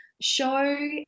show